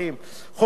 חוק עבודת נשים,